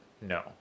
no